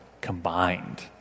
combined